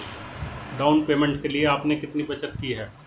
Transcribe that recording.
Down payment के लिए आपने कितनी बचत की है?